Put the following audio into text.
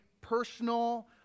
personal